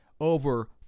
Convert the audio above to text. over